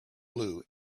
blue